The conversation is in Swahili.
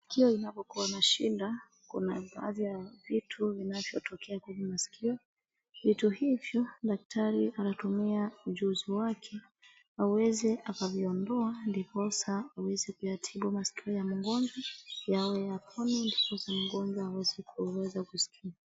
Sikio inapokuwa na shida, kuna baadhi ya vitu vinavyotokea kwenye masikio. Vitu hivyo daktari anatumia ujuzi wake aweze akaviondoa, ndiposa aweze kuyatibu masikio ya mgonjwa, yawe yapone, ndiposa mgonjwa aweze kusikia.